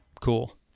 cool